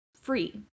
free